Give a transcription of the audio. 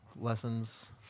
lessons